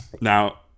Now